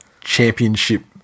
championship